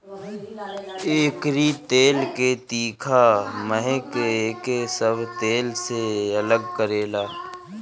एकरी तेल के तीखा महक एके सब तेल से अलग करेला